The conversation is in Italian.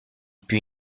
più